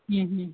ಹ್ಞ್ ಹ್ಞ್